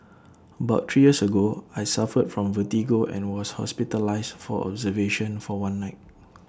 about three years ago I suffered from vertigo and was hospitalised for observation for one night